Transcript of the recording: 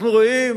אנחנו רואים: